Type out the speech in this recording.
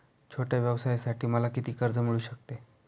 छोट्या व्यवसायासाठी मला किती कर्ज मिळू शकते?